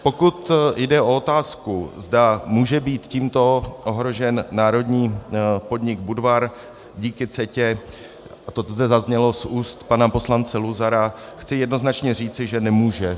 A pokud jde o otázku, zda může být tímto ohrožen národní podnik Budvar díky CETA, a to zde zaznělo z úst pana poslance Luzara, chci jednoznačně říci, že nemůže.